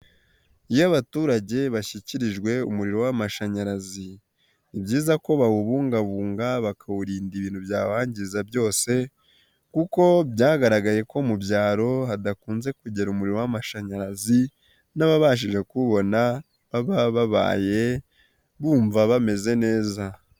Iyo abaturage bashyikirijwe umuriro w'amashanyarazi, ni byiza ko bawubungabunga bakawurinda ibintu byawangiza byose kuko byagaragaye ko mu byaro hadakunze kugera umuriro w'amashanyarazi n'ababashije kuwubona baba babaye bumva bameze neza.